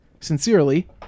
Sincerely